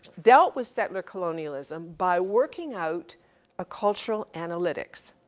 dealt with settler colonialism by working out a cultural analytics.